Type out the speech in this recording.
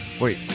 Wait